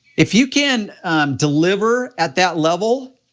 if you can deliver at that level,